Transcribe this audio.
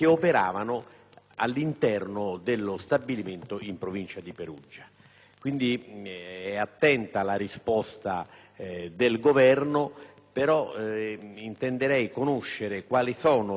nell'interno dello stabilimento in Provincia di Perugia. È quindi attenta la risposta del Governo, ma intenderei conoscere quali sono le attività